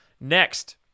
Next